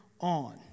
on